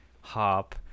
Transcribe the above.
Hop